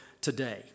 today